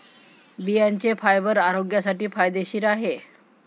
बियांचे फायबर आरोग्यासाठी फायदेशीर आहे